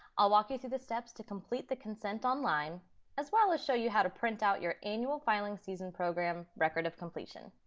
i'll walk you through the steps to complete the consent online as well as show you how to print out your annual filing season program record of completion.